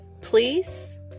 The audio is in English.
please